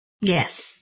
Yes